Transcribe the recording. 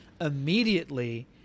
immediately